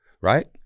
right